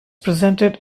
presented